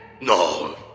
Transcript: No